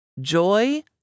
Joy